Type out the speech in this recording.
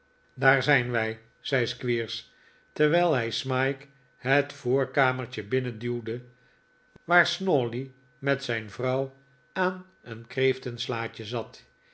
daar zijn wij zei squeers terwijl hij smike het voorkamertje binnenduwde waar snawley met zijn vrouw aan een kreeftenslaatje zat